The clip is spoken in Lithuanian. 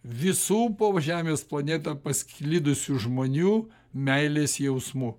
visų po žemės planeta pasklidusių žmonių meilės jausmu